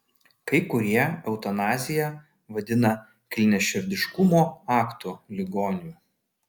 kai kurie eutanaziją vadina kilniaširdiškumo aktu ligoniui